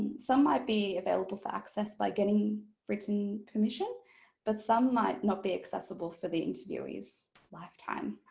some might be available for access by getting written permission but some might not be accessible for the interviewee's lifetime.